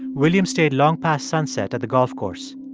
william stayed long past sunset at the golf course.